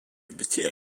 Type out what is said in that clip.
beter